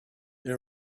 they